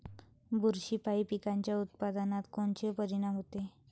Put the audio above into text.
बुरशीपायी पिकाच्या उत्पादनात कोनचे परीनाम होते?